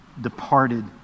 departed